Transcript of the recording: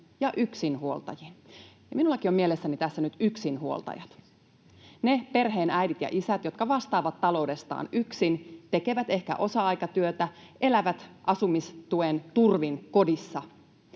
ja yksinhuoltajin. Minullakin on mielessäni tässä nyt yksinhuoltajat, ne perheenäidit ja ‑isät, jotka vastaavat taloudestaan yksin, tekevät ehkä osa-aikatyötä, elävät asumistuen turvin kodissa,